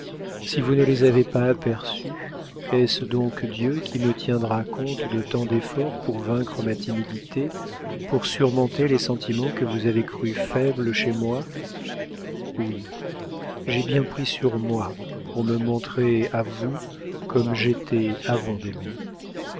si vous ne les avez pas aperçus est-ce donc dieu qui me tiendra compte de tant d'efforts pour vaincre ma timidité pour surmonter les sentiments que vous avez crus faibles chez moi oui j'ai bien pris sur moi pour me montrer à vous comme j'étais avant d'aimer